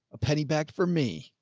a penny back for me.